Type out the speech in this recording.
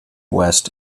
west